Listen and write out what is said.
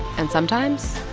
and, sometimes,